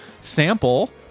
sample